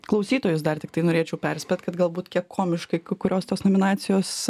klausytojus dar tiktai norėčiau perspėt kad galbūt kiek komiškai kai kurios tos nominacijos